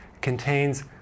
contains